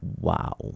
Wow